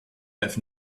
have